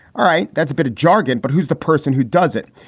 all right. that's a bit of jargon. but who's the person who does it?